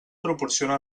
proporciona